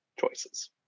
choices